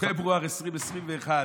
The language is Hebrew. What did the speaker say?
בפברואר 2021,